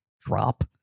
drop